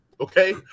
Okay